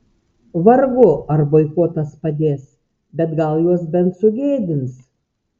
vargu ar boikotas padės bet gal juos bent sugėdins